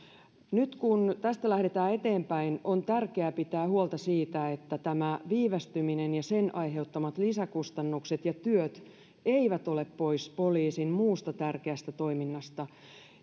nyt kun tästä lähdetään eteenpäin on tärkeää pitää huolta siitä että tämä viivästyminen ja sen aiheuttamat lisäkustannukset ja työt eivät ole pois poliisin muusta tärkeästä toiminnasta